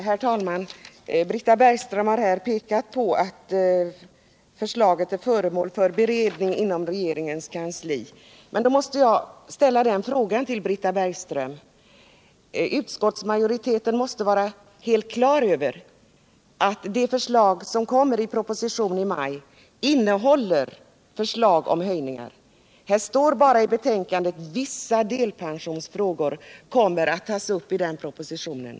Herr talman! Britta Bergström har här pekat på att riksförsäkringsverkets förslag är föremål för beredning inom regeringens kansli. Men, Britta Bergström, detta måste betyda att utskottsmajoriteten var helt klar över att den proposition som kommer att framläggas i maj innehåller förslag om höjningar. I betänkandet står det dock bara att vissa delpensionsfrågor kommer att tas upp i propositionen.